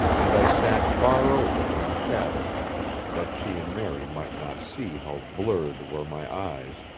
and i sat far over in the shadow that she and mary might not see how blurred were my eyes,